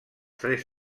tres